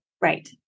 Right